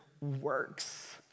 works